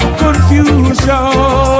confusion